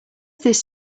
this